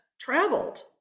traveled